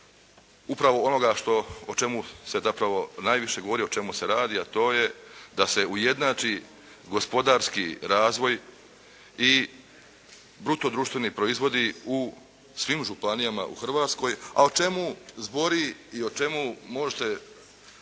upravo onoga što, o čemu se zapravo najviše govori, o čemu se radi a to je da se ujednači gospodarski razvoj i bruto društveni proizvodi u svim županijama u Hrvatskoj. A o čemu zbori i o čemu može